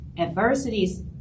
Adversities